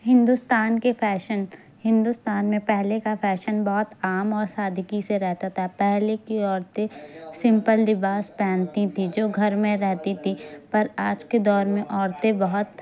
ہندوستان کے فیشن ہندوستان میں پہلے کا فیشن بہت عام اور سادگی سے رہتا تھا پہلے کی عورتیں سمپل لباس پہنتی تھیں جو گھر میں رہتی تھی پر آج کے دور میں عورتیں بہت